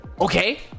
Okay